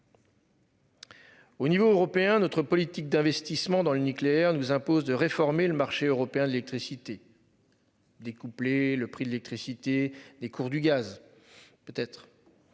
Au niveau européen, notre politique d'investissements dans le nucléaire nous impose de réformer le marché européen de l'électricité. Découpler le prix de l'électricité. Les cours du gaz. Peut être.